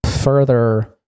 further